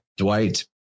Dwight